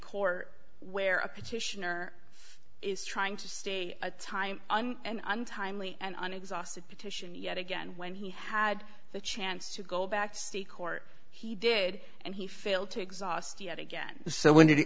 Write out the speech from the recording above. court where a petitioner is trying to stay a time and untimely and an exhausted petition yet again when he had the chance to go back to state court he did and he failed to exhaust yet again so when did it